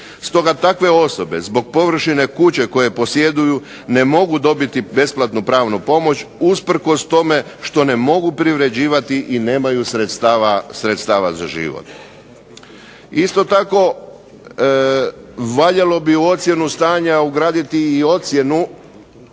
Stoga takve osobe zbog površine kuće koje posjeduju ne mogu dobiti besplatnu pravnu pomoć usprkos tome što ne mogu privređivati i nemaju sredstava za život. Isto tako, valjalo bi u ocjenu stanja ugraditi i ocjenu